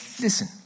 listen